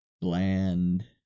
bland